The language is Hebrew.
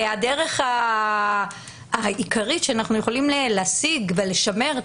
הדרך העיקרית שאנחנו יכולים להשיג ולשמר את